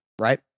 right